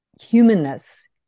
humanness